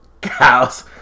cows